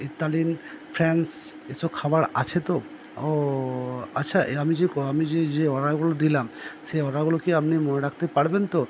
ফ্র্যান্স এসব খাবার আছে তো ও আচ্ছা আমি যে আমি যে যে অর্ডারগুলো দিলাম সে অর্ডারগুলো কি আপনি মনে রাখতে পারবেন তো